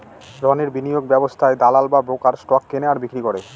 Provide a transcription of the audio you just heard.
রণের বিনিয়োগ ব্যবস্থায় দালাল বা ব্রোকার স্টক কেনে আর বিক্রি করে